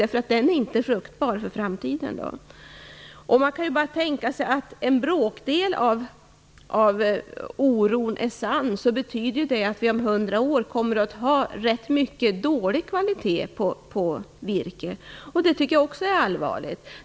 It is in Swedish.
En sådan debatt är inte fruktbar för framtiden. Man kan ju tänka sig att om bara en bråkdel av oron är berättigad, betyder det att vi om hundra år kommer att ha rätt mycket virke av dålig kvalitet. Det tycker jag är allvarligt.